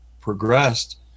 progressed